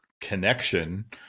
connection